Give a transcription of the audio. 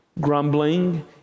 Grumbling